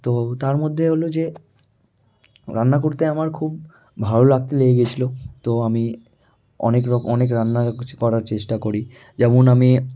তো তার মধ্যে হলো যে রান্না করতে আমার খুব ভালো লাগতে লেগে গেছিলো তো আমি অনেক রকম অনেক রান্না কিছু করার চেষ্টা করি যেমন আমি